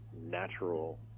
natural